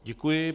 Děkuji.